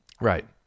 right